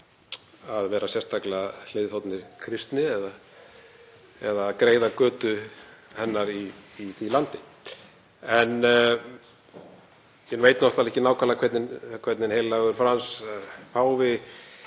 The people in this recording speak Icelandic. að vera sérstaklega hliðhollir kristni eða greiða götu hennar í því landi. Ég veit náttúrlega ekki nákvæmlega hvernig heilagur Frans páfi